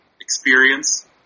experience